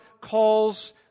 calls